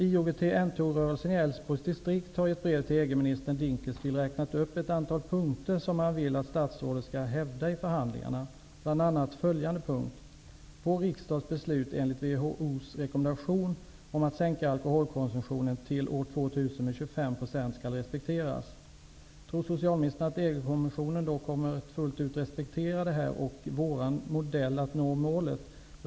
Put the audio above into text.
IOGT-NTO-rörelsen i Älvsborgs distrikt har i ett brev till EG-minister Dinkelspiel räknat upp ett antal punkter som man vill att näringslivet skall hävda i förhandlingarna, bl.a. följande punkt: ''Vår riksdags beslut enligt WHO:s rekommendation om att sänka alkoholkonsumtionen till år 2000 med 25 % skall respekteras.'' Tror socialministern att EG-kommissionen kommer att fullt ut respektera detta och vår modell för att nå målet?